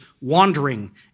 wandering